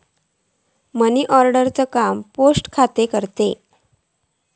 money order चा काम post खाता करता